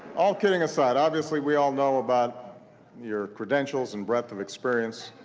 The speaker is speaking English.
all kidding aside, obviously, we all know about your credentials and breadth of experience.